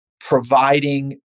providing